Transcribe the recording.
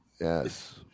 Yes